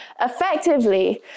effectively